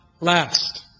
last